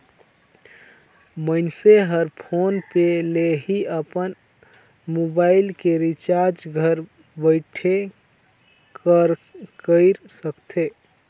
मइनसे हर फोन पे ले ही अपन मुबाइल के रिचार्ज घर बइठे कएर सकथे